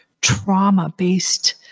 trauma-based